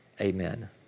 amen